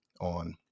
on